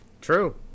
true